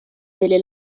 delle